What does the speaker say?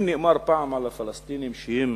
אם נאמר פעם על הפלסטינים שהם